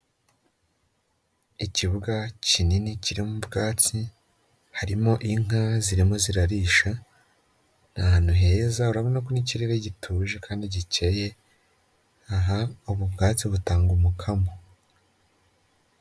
Ikibuga kinini kirimo ubwatsi, harimo inka zirimo zirarisha, ni ahantu heza, urabona ko n'ikirere gituje kandi gikeye, aha ubu bwatsi butanga umukamo.